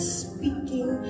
speaking